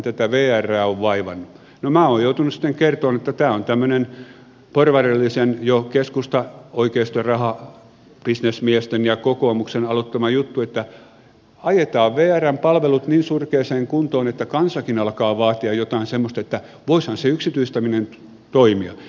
no minä olen sitten joutunut kertomaan että tämä on tämmöinen porvarillinen keskusta oikeiston rahabisnesmiesten ja kokoomuksen aloittama juttu että ajetaan vrn palvelut niin surkeaan kuntoon että kansakin alkaa vaatia jotain semmoista että voisihan se yksityistäminen toimia